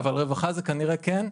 אבל רווחה זה כנראה כן?